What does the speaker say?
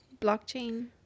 blockchain